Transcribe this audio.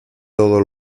todo